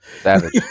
Savage